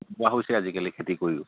নোপোৱা হৈছে আজিকালি খেতি কৰিও